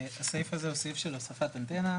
הסעיף הזה הוא סעיף של הוספת אנטנה,